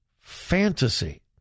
fantasy